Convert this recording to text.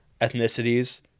ethnicities